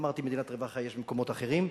אמרתי: מדינת רווחה יש במקומות אחרים.